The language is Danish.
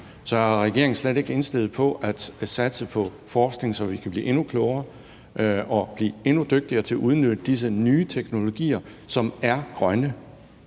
Er regeringen slet ikke indstillet på at satse på forskning, så vi kan blive endnu klogere og blive endnu dygtigere til at udnytte disse nye teknologier, som er grønne,